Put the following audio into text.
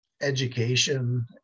education